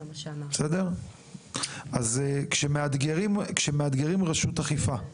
אז כשמאתגרים רשות אכיפה-